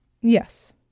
Yes